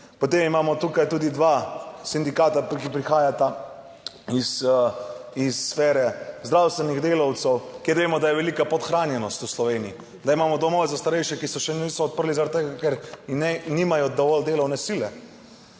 Potem imamo tukaj tudi dva sindikata, ki prihajata iz sfere zdravstvenih delavcev, kjer vemo, da je velika podhranjenost v Sloveniji, da imamo domove za starejše, ki se še niso odprli zaradi tega, ker nimajo dovolj delovne sile.